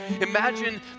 imagine